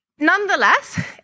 Nonetheless